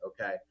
okay